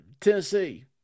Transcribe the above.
Tennessee